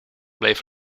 bleef